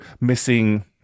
missing